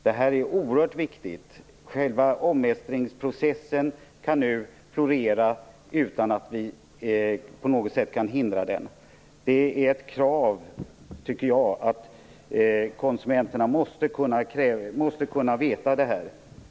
Detta är oerhört viktigt. Själva omestringsprocessen kan nu florera utan att vi på något sätt kan hindra den. Det är ett krav, tycker jag, att konsumenterna får veta om det har skett omestring.